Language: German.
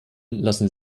lassen